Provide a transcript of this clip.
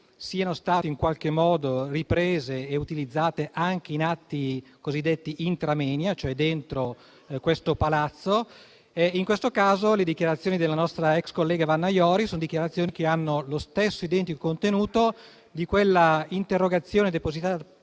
siano state in qualche modo riprese e utilizzate anche in atti cosiddetti *intra moenia*, cioè dentro questo Palazzo. In questo caso, le dichiarazioni della nostra ex collega Vanna Iori hanno lo stesso identico contenuto di quella interrogazione depositata